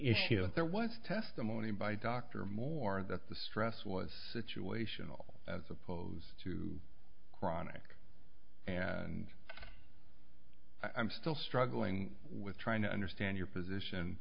issue there was testimony by dr moore that the stress was situational as opposed to chronic and i'm still struggling with trying to understand your position